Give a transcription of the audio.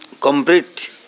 complete